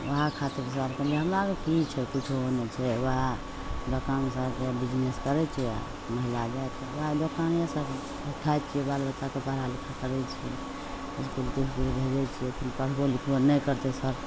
वएह खातिर सर कहलिए हमरा कि छै किछु नहि छै वएह दोकानसे बिजनेस करै छिए महिला जाति वएह दोकानेसे खाइ छिए बाल बच्चाकेँ पढ़ा लिखा करै छिए इसकुल तिसकुल भेजै छिए अपन पढ़बो लिखबो नहि करतै सर